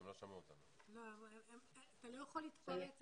אני רוצה לדעת מה קורה עכשיו.